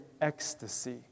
ecstasy